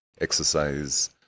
exercise